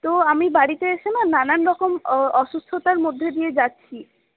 তো আমি বাড়িতে এসে না নানানরকম অসুস্থতার মধ্যে দিয়ে যাচ্ছি